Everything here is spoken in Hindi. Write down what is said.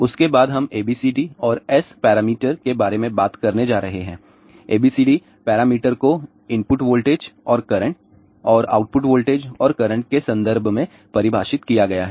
उसके बाद हम ABCD और S पैरामीटर के बारे में बात करने जा रहे हैं ABCD पैरामीटर को इनपुट वोल्टेज और करंट और आउटपुट वोल्टेज और करंट के संदर्भ में परिभाषित किया गया है